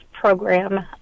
program